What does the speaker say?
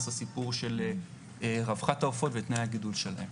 הסיפור של רווחת העופות ותנאי הגידול שלהם.